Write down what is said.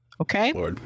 Okay